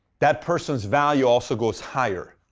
that person's value also goes higher.